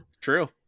true